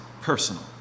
personal